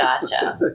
Gotcha